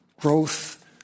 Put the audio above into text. growth